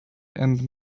and